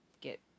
get